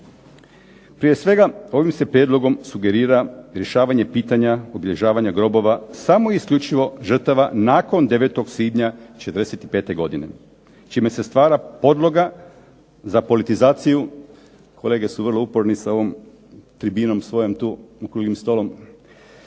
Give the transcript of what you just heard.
Prije svega, ovim se prijedlogom sugerira rješavanje pitanja obilježavanja grobova samo i isključivo žrtava nakon 9. svibnja '45. godine čime se stvara podloga za politizaciju. Kolege su vrlo uporni sa ovom tribinom svojom tu, okruglim stolom.